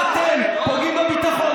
אתם פוגעים בביטחון.